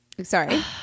Sorry